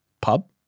Pub